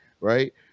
right